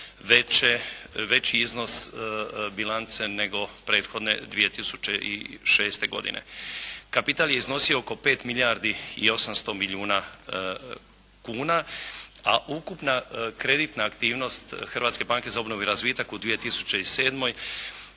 veći iznos bilance nego prethodne 2006. godine. Kapital je iznosio oko 5 milijardi i 800 milijuna kuna, a ukupna kreditna aktivnost Hrvatske banke za obnovu i razvitak u 2007. iznosila